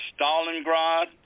Stalingrad